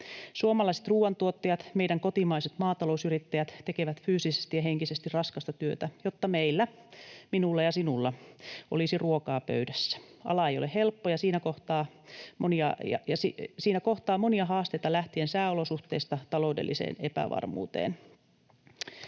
Suomalaiset ruuantuottajat, meidän kotimaiset maatalousyrittäjät, tekevät fyysisesti ja henkisesti raskasta työtä, jotta meillä, minulla ja sinulla, olisi ruokaa pöydässä. Ala ei ole helppo, ja siinä kohtaa monia haasteita sääolosuhteista taloudelliseen epävarmuuteen.